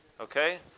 Okay